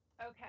Okay